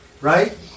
Right